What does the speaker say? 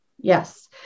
Yes